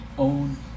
Own